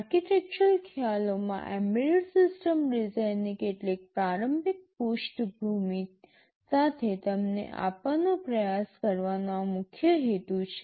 architectural ખ્યાલોમાં embedded system ડિઝાઇનની કેટલીક પ્રારંભિક પૃષ્ઠભૂમિ સાથે તમને આપવાનો પ્રયાસ કરવાનો આ મુખ્ય હેતુ છે